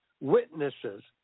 witnesses